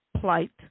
plight